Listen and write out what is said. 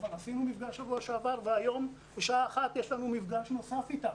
כבר עשינו מפגש בשבוע שעבר והיום בשעה 1:00 יש לנו מפגש נוסף אתם.